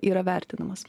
yra vertinamas